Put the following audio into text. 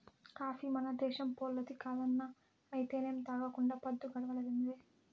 coffee మన దేశంపోల్లది కాదన్నా అయితేనేం తాగకుండా పద్దు గడవడంలే